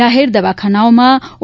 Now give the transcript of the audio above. જાહેર દવાખાનાઓમાં ઓ